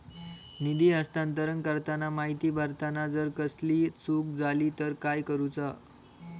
निधी हस्तांतरण करताना माहिती भरताना जर कसलीय चूक जाली तर काय करूचा?